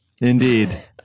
indeed